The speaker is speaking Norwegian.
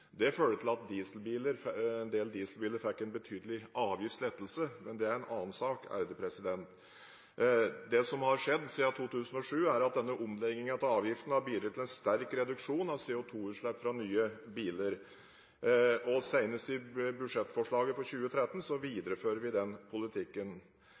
Det førte til at en del dieselbiler fikk en betydelig avgiftslettelse, men det er en annen sak. Det som har skjedd siden 2007, er at denne omleggingen av avgiftene har bidratt til en sterk reduksjon av CO2-utslipp fra nye biler, og senest i budsjettforslaget for 2013